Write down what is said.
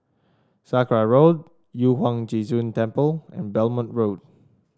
Sakra Road Yu Huang Zhi Zun Temple and Belmont Road